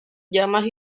llamas